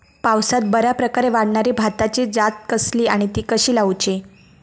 पावसात बऱ्याप्रकारे वाढणारी भाताची जात कसली आणि ती कशी लाऊची?